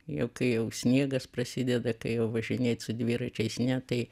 jau kai jau sniegas prasideda kai jau važinėt su dviračiais ne tai